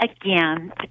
again